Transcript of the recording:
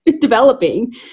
developing